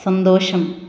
സന്തോഷം